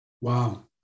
Wow